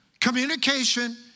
communication